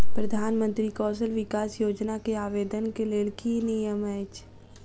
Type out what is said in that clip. प्रधानमंत्री कौशल विकास योजना केँ आवेदन केँ लेल की नियम अछि?